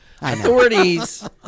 Authorities